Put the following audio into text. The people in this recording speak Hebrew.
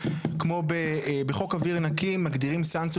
כמו בחוק אוויר נקי מגדירים סנקציות